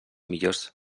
millors